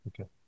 Okay